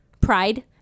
Pride